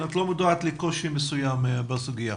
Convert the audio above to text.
את לא מודעת לקושי מסוים בסוגיה.